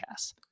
podcasts